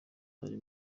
ari